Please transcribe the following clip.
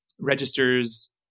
registers